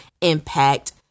impact